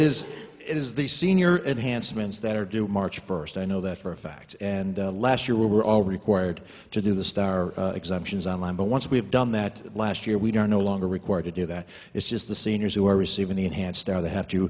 it is the senior enhancements that are due march first i know that for a fact and last year we were all required to do the star exemptions on line but once we have done that last year we are no longer required to do that it's just the seniors who are receiving the enhanced now they have to